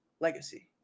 legacy